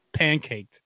pancaked